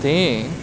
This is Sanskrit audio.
ते